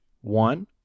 one